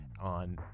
on